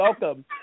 welcome